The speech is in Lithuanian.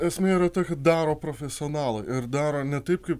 esmė yra tokia daro profesionalai ir daro ne taip kaip